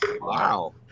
Wow